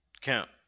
Count